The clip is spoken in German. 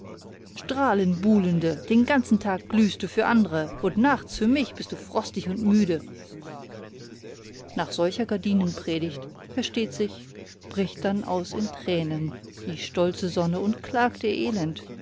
strahlenbuhlende den ganzen tag glühst du für andre und nachts für mich bist du frostig und müde nach solcher gardinenpredigt versteht sich bricht dann aus in tränen die stolze sonne und klagt ihr elend